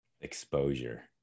Exposure